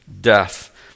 death